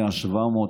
מ-700,